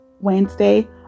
Wednesday